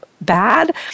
bad